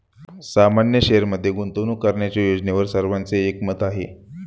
सामान्य शेअरमध्ये गुंतवणूक करण्याच्या योजनेवर सर्वांचे एकमत आहे